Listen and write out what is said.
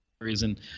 reason